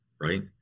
right